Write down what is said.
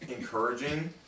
encouraging